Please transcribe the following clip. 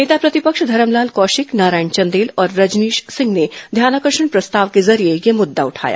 नेता प्रतिपक्ष धरमलाल कौशिक नारायण चंदेल और रजनीश सिंह ने ध्यानाकर्षण प्रस्ताव के जरिये यह मुद्दा उठाया